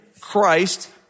Christ